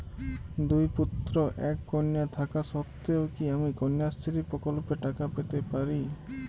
দুই পুত্র এক কন্যা থাকা সত্ত্বেও কি আমি কন্যাশ্রী প্রকল্পে টাকা পেতে পারি?